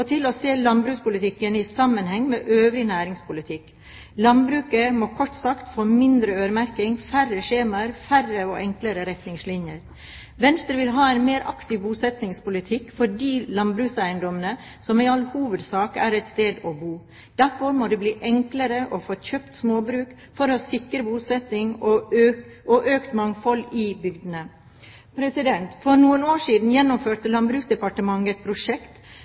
til å se landbrukspolitikken i sammenheng med øvrig næringspolitikk. Landbruket må kort sagt få mindre øremerking, færre skjemaer og færre og enklere retningslinjer. Venstre vil ha en mer aktiv bosettingspolitikk for de landbrukseiendommene som i all hovedsak er et sted å bo. Derfor må det bli enklere å få kjøpt småbruk for å sikre bosetting og økt mangfold på bygdene. For noen år siden gjennomførte Landbruksdepartementet et prosjekt